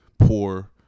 Poor